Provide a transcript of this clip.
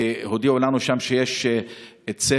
והודיעו לנו שם שיש צוות